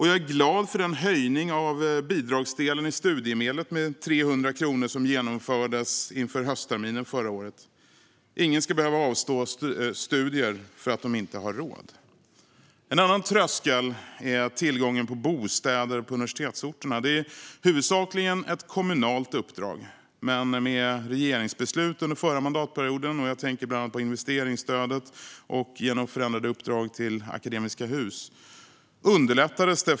Jag är glad för den höjning med 300 kronor av bidragsdelen i studiemedlet som genomfördes inför höstterminen förra året. Ingen ska behöva avstå studier för att man inte har råd. En annan tröskel är tillgången på bostäder på universitetsorterna. Det är huvudsakligen ett kommunalt uppdrag, men regeringsbeslut under förra mandatperioden underlättade för berörda kommuner. Jag tänker bland annat på investeringsstödet och förändrade uppdrag till Akademiska hus.